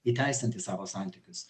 įteisinti savo santykius